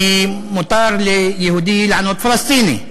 כי מותר ליהודי לענות פלסטיני.